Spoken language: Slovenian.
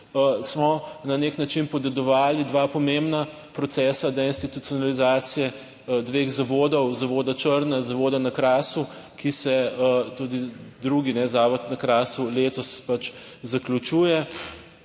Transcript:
smo na nek način podedovali dva pomembna procesa deinstitucionalizacije dveh zavodov, zavoda Črna in zavoda na Krasu, ki se, tudi drugi, zavod na Krasu, letos zaključuje